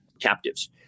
captives